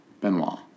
Benoit